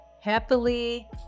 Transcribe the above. happily